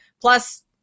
Plus